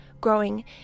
growing